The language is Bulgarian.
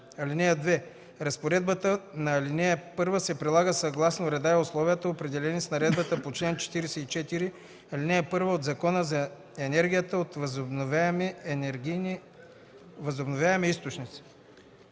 (2) Разпоредбата на ал. 1 се прилага съгласно реда и условията, определени с наредбата по чл. 44, ал. 1 от Закона за енергията от възобновяеми източници.”